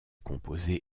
composée